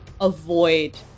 avoid